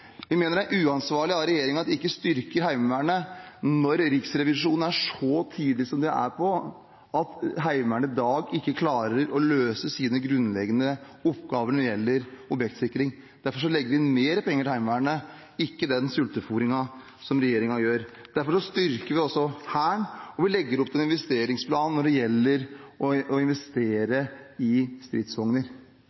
Vi mener det er uansvarlig av regjeringen at de ikke styrker Heimevernet, når Riksrevisjonen er så tydelig som de er på at Heimevernet i dag ikke klarer å løse sine grunnleggende oppgaver når det gjelder objektsikring. Derfor legger vi inn mer penger til Heimevernet, ikke den sultefôringen som regjeringen gjør. Derfor styrker vi også Hæren, og vi legger opp til en investeringsplan når det gjelder å